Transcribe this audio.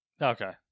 Okay